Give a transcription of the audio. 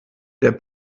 der